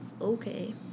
okay